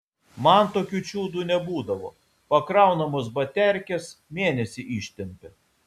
man tokių čiudų nebūdavo pakraunamos baterkės mėnesį ištempia